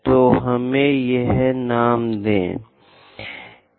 तो हमें यह नाम दें